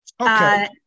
Okay